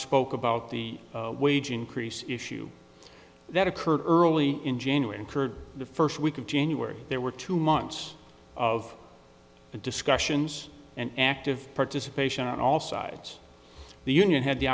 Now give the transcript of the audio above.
spoke about the wage increase issue that occurred early in january incurred the first week of january there were two months of discussions and active participation on all sides the union had the